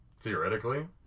Theoretically